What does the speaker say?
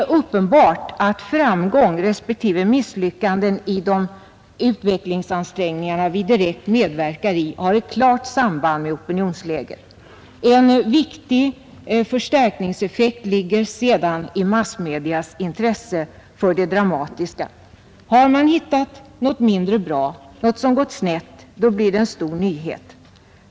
Det är uppenbart att framgång respektive misslyckande i de utvecklingsansträngningar vi direkt medverkar i har ett klart samband med opinionsläget. En viktig förstärkningseffekt ligger sedan i massmedias intresse för det dramatiska. Har man hittat något mindre bra, något som gått snett, då blir det en stor nyhet.